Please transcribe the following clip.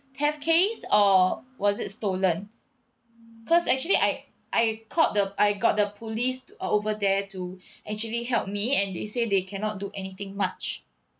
theft case or was it stolen because actually I I called the I got the police over there to actually help me and they say they cannot do anything much